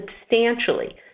substantially